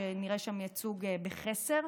שנראה שם ייצוג בחסר,